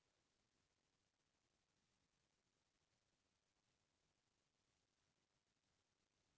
UPI ले transaction करे के सीमा व शर्त ला बतावव?